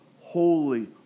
holy